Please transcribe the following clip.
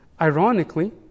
ironically